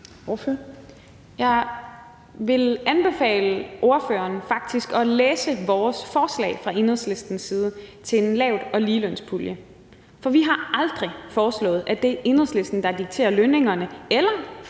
faktisk anbefale ordføreren at læse vores forslag fra Enhedslistens side til en lavt- og ligelønspulje. For vi har aldrig foreslået, at det er Enhedslisten, der dikterer lønningerne, eller hvilke